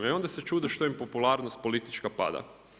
I onda se čude što im popularnost politička pada.